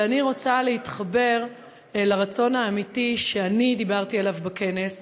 אבל אני רוצה להתחבר לרצון האמיתי שאני דיברתי עליו בכנס,